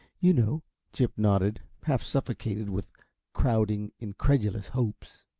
you know chip nodded, half suffocated with crowding, incredulous hopes.